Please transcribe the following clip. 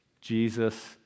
Jesus